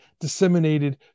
disseminated